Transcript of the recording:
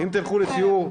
אם תלכו לסיור,